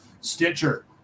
Stitcher